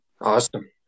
Awesome